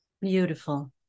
Beautiful